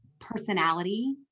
personality